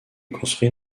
construit